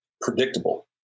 predictable